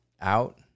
out